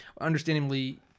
understandably